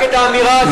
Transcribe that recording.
תגיב נגד האמירה הזאת.